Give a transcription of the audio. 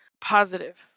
positive